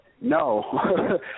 no